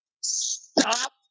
Stop